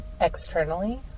externally